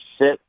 sit